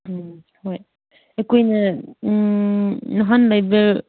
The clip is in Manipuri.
ꯎꯝ ꯍꯣꯏ ꯑꯩꯈꯣꯏꯅ ꯅꯍꯥꯟ ꯂꯩꯕ